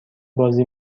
بازی